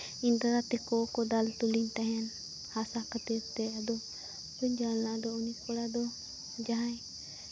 ᱤᱧ ᱫᱟᱫᱟ ᱛᱟᱠᱚ ᱠᱚ ᱫᱟᱞ ᱛᱚᱞᱤᱧ ᱛᱟᱦᱮᱱ ᱦᱟᱥᱟ ᱠᱷᱟᱹᱛᱤᱨ ᱛᱮ ᱵᱟᱹᱧ ᱪᱟᱞᱟᱣ ᱞᱮᱱᱟ ᱟᱫᱚ ᱩᱱᱤ ᱠᱚᱲᱟ ᱫᱚ ᱡᱟᱦᱟᱸᱭ